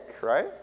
right